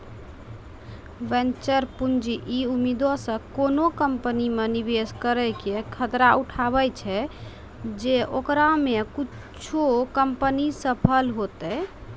venture पूंजी इ उम्मीदो से कोनो कंपनी मे निवेश करै के खतरा उठाबै छै जे ओकरा मे कुछे कंपनी सफल होतै